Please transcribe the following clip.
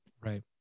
Right